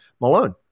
malone